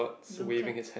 blue cap